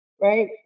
right